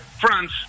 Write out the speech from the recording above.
France